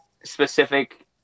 specific